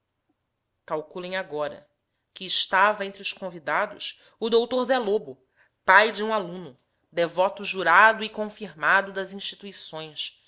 calculem agora que estava entre os convidados o dr zé loto pai de um aluno devoto jurado e confirmado das instituições